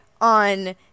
on